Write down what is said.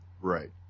Right